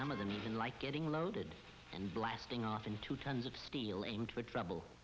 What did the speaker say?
some of them even like getting loaded and blasting off into tons of steel and for example